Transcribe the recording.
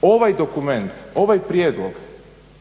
Ovaj dokument, ovaj prijedlog